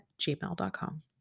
gmail.com